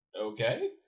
Okay